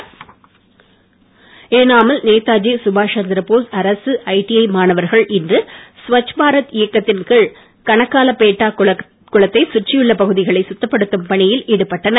எனாம் ஏனாமில் நேதாஜி சுபாஷ் சந்திரபோஸ் அரசு ஐடிஐ மாணவர்கள் இன்று ஸ்வச்பாரத் இயக்கத்தின் கீழ் கனக்காலபேட்டா குளத்தை சுற்றியுள்ள பகுதிகளை சுத்தப்படுத்தும் பணியில் ஈடுபட்டனர்